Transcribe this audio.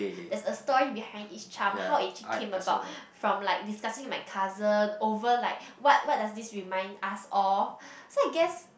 there's a story behind each charm how it actually came about from like discussing with my cousin over like what what does this remind us of so I guess